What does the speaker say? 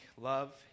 love